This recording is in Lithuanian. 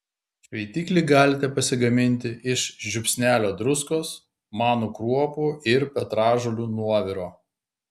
šveitiklį galite pasigaminti iš žiupsnelio druskos manų kruopų ir petražolių nuoviro